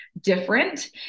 different